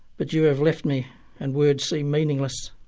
but you have left me and words seem meaningless.